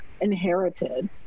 inherited